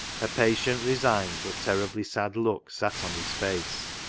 a patient, resigned, but terribly sad look sat on his face.